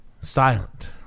Silent